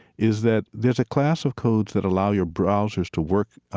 is that there's a class of codes that allow your browsers to work